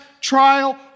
trial